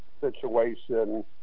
situation